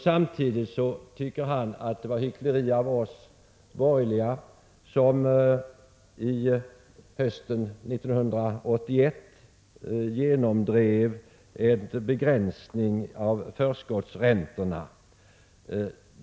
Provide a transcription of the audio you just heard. Samtidigt tycker han att det var hyckleri från de borgerligas sida då vi hösten 1981 genomdrev en begränsning av förskottsräntorna.